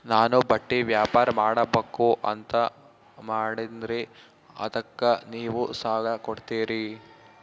ನಾನು ಬಟ್ಟಿ ವ್ಯಾಪಾರ್ ಮಾಡಬಕು ಅಂತ ಮಾಡಿನ್ರಿ ಅದಕ್ಕ ನೀವು ಸಾಲ ಕೊಡ್ತೀರಿ?